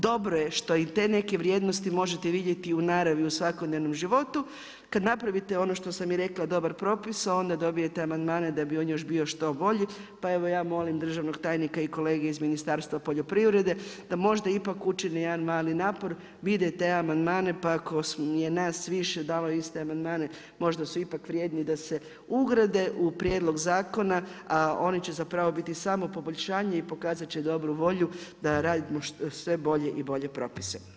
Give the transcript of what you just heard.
Dobro je što i te neke vrijednosti možete vidjeti u naravi u svakodnevnom životu, kad napravite ono što sam i rekla dobar propis onda dobijete amandmane da bi on bio još što bolji, pa evo ja molim državnog tajnika i kolege iz Ministarstva poljoprivrede da možda ipak učine jedan mali napor, vide te amandmane pa ako je nas više dalo iste amandmane možda se ipak vrijedni da se ugrade u prijedlog zakona, a oni će zapravo biti samo poboljšanje i pokazat će dobru volju da radimo sve bolje i bolje propise.